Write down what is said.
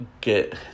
get